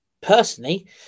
Personally